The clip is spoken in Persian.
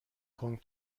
کنگ